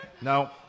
No